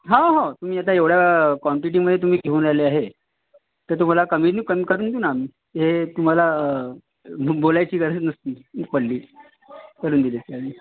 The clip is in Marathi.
हा हो तुम्ही आता एवढया क्वांटिटीमध्ये तुम्ही घेऊन राहिले आहे तर तुम्हाला कमीनी कमी करून देऊ ना आम्ही हे तुम्हाला बोलायची गरजच नसती पडली पडून दिली असती आम्ही